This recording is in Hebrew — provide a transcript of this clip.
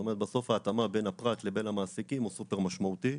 בסוף ההתאמה בין הפרט לבין המעסיקים הוא סופר משמעותי.